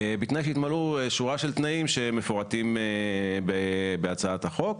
בתנאי שיתמלאו שורה של תנאים שמפורטים בהצעת החוק.